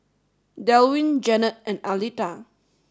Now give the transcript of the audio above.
Delwin Janet and Aleta